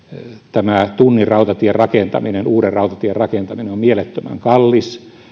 tämä tunnin rautatien rakentaminen uuden rautatien rakentaminen on mielettömän kallista